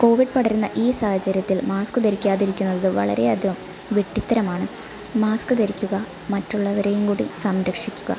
Covid പടരുന്ന ഈ സാഹചര്യത്തിൽ മാസ്ക് ധരിക്കാതിരിക്കുന്നത് വളരെയധികം വിഡ്ഡിത്തരമാണ് മാസ്ക് ധരിക്കുക മറ്റുള്ളവരേയും കൂടി സംരക്ഷിക്കുക